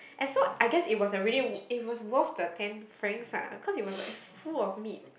and so I guess it was a really it was worth the ten Franks lah cause it was like full of meat